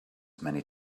many